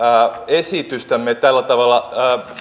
esitystämme tällä tavalla